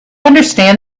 understand